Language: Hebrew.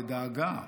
בדאגה,